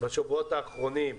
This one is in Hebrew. בשבועות האחרונים,